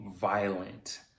violent